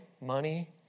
money